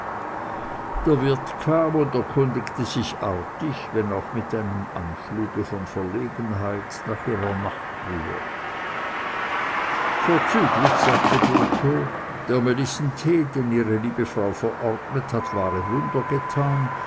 der wirt kam und erkundigte sich artig wenn auch mit einem anfluge von verlegenheit nach ihrer nachtruhe vorzüglich sagte botho der melissentee den ihre liebe frau verordnet hat wahre wunder getan